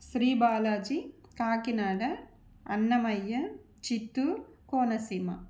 Sri Balaji Kakinada Annamayya Chittoor Konaseema